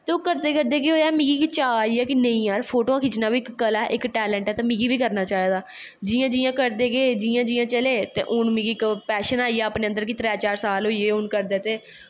ते ओह् करदे करदे केह् होआ कि मिगी गै चा आइआ कि नेंई यार फोटोआं खिच्चनां बी इक कला ऐ इक टैलेंट ऐ ते मिगी बी करनां चाही दा जियां जियां करदे गे जियां जियां चले ते हून मिगी पैशन आईया करदे कि हून मिगी त्रै चार साल होईये करदे कि